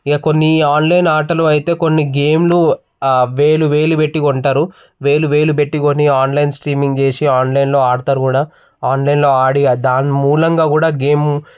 ఇక కొన్ని ఆన్లైన్ ఆటలు అయితే కొన్ని గేమ్లు వేలు వేలు పెట్టి కొంటారు వేలు వేలు పెట్టి కొని ఆన్లైన్ స్ట్రీమింగ్ చేసి ఆన్లైన్లో ఆడతారు కూడా ఆన్లైన్లో ఆడి దాని మూలంగా కూడా గేము